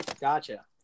gotcha